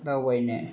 दावबायनाय